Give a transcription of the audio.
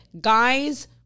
Guys